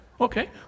Okay